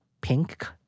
pink